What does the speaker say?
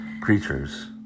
creatures